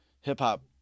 hip-hop